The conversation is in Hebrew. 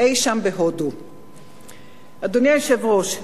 אדוני היושב-ראש,